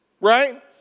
Right